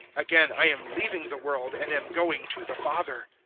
again i am leaving the world and am going to the father.